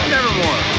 Nevermore